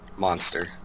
Monster